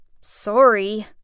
Sorry